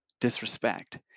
disrespect